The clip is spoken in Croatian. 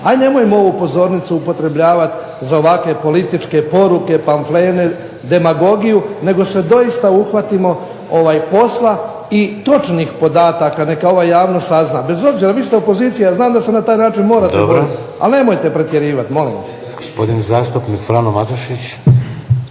Ajd nemojmo ovu pozornicu upotrebljavati za ovakve političke poruke, pamflete, demagogiju nego se doista uhvatimo posla i točnih podataka, neka ova javnost sazna. Bez obzira, vi ste opozicija znam da se na taj način morate obratiti, ali nemojte pretjerivati, molim vas. **Šeks, Vladimir